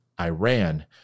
Iran